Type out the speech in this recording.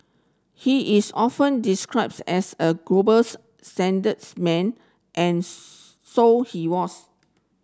he is often described as a globals statesman and so he was